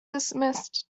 dismissed